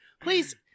Please